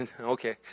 Okay